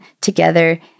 together